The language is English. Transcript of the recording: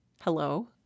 Hello